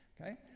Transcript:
okay